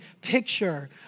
picture